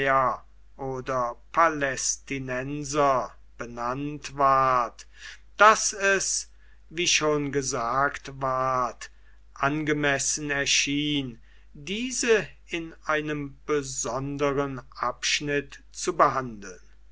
oder palästinenser benannt ward daß es wie schon gesagt ward angemessen erschien diese in einem besonderen abschnitt zu behandeln